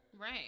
Right